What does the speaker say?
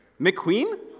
McQueen